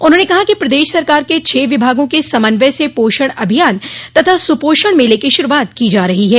उन्होंने कहा कि प्रदेश सरकार के छह विभागों के समन्वय से पोषण अभियान तथा सुपोषण मेले की शुरूआत की जा रही है